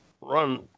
run